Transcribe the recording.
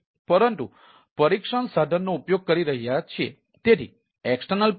પરંતુ પરીક્ષણ સાધનનો ઉપયોગ કરી રહ્યા છીએ